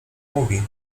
mówi